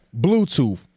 Bluetooth